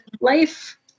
life